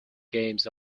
games